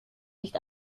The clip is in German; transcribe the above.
nicht